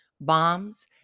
bombs